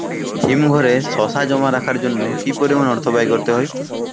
হিমঘরে শসা জমা রাখার জন্য কি পরিমাণ অর্থ ব্যয় করতে হয়?